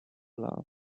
love